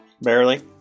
Barely